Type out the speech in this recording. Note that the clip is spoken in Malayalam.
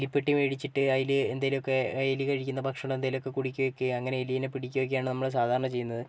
എലിപ്പെട്ടി മേടിച്ചിട്ട് അതിൽ എന്തെങ്കിലുമൊക്കെ എലി കഴിക്കുന്ന ഭക്ഷണം എന്തെങ്കിലുമൊക്കെ കുടുക്കി വയ്ക്കുവോ അങ്ങനെ എലീനെ പിടിക്കുവൊക്കെയാണ് നമ്മൾ സാധാരണ ചെയ്യുന്നത്